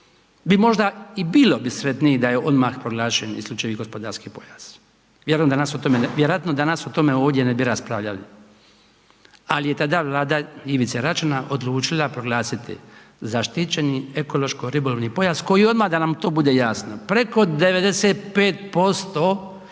se ne razumije./... da je odmah proglašen isključivi gospodarski pojas, vjerojatno danas o tome ovdje ne bi raspravljali ali je tada Vlada Ivice Račana odlučila proglasiti zaštićeni ekološko ribolovni pojas, koji odmah da nam to bude jasno, preko 95%